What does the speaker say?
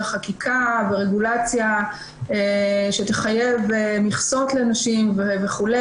חקיקה ורגולציה שתחייב מכסות לנשים וכו',